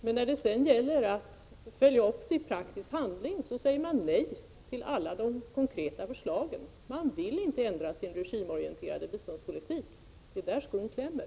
Men när det sedan gäller att följa upp detta i praktisk handling säger man nej till alla konkreta förslag. Socialdemokratin vill inte ändra sin regimorienterade biståndspolitik. Det är där skon klämmer.